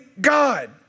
God